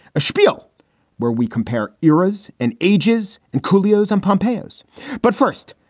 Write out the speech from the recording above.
a spiel where we compare eras and ages and coolio's and pompeii's. but first,